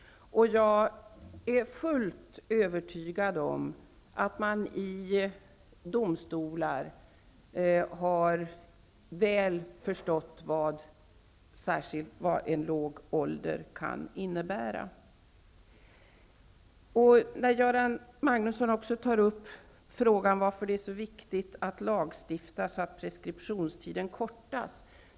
Jag är fullt övertygad om att man i domstolar väl har förstått särskilt vad begreppet låg ålder kan innebära. Göran Magnusson frågar varför det är så viktigt att lagstifta så, att preskriptionstiden kortas.